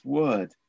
word